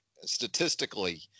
statistically